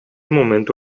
momento